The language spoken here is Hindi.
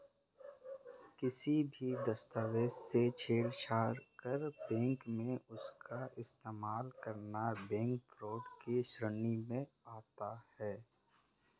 किसी भी दस्तावेज से छेड़छाड़ कर बैंक में उसका इस्तेमाल करना बैंक फ्रॉड की श्रेणी में आता है